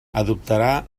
adoptarà